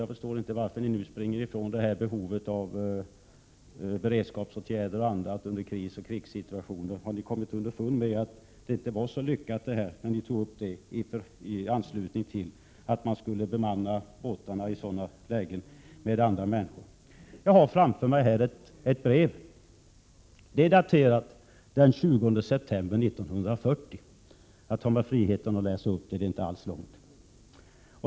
Jag förstår inte varför ni nu har sprungit ifrån vad ni tidigare föreslagit. Har ni kommit underfund med att det ni föreslog inte var så lyckat, att man skulle bemanna båtarna i sådant läge med andra människor? Jag har framför mig ett brev som är daterat den 20 september 1940. Jag tar mig friheten att läsa upp brevet.